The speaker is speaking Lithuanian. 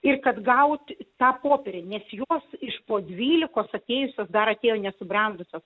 ir atgauti tą popierinės juos iš po dvylikos ateis dar nesubrendusios